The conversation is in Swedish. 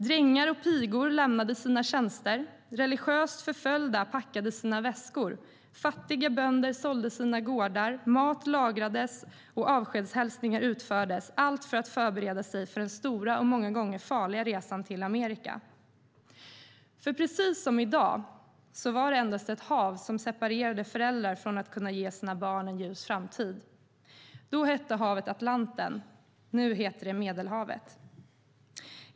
Drängar och pigor lämnade sina tjänster, religiöst förföljda packade sina väskor, fattiga bönder sålde sina gårdar, mat lagrades och avskedshälsningar utfördes, allt för att förbereda sig för den stora och många gånger farliga resan till Amerika. Precis som i dag var det endast ett hav som separerade föräldrar från att kunna ge sina barn en ljus framtid. Då hette havet Atlanten. Nu heter det Medelhavet.